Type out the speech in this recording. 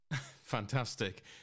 Fantastic